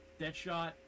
Deadshot